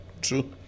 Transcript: true